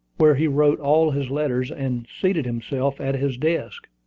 where he wrote all his letters, and seated himself at his desk.